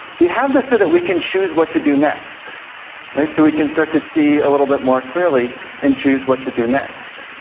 we have that so that we can choose what to do next. so we can start to see a little bit more clearly and choose what to do next.